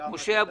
ומשה אבוטבול.